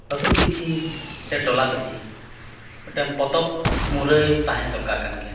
ᱟᱹᱛᱩ ᱯᱤᱪᱷᱤ ᱥᱮ ᱴᱚᱞᱟ ᱯᱤᱪᱷᱤ ᱢᱤᱫᱴᱟᱝ ᱯᱚᱛᱚᱵ ᱢᱩᱨᱟᱹᱭ ᱛᱟᱦᱮᱸ ᱫᱚᱨᱠᱟᱨ ᱠᱟᱱ ᱜᱮᱭᱟ